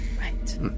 Right